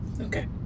Okay